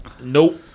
Nope